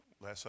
last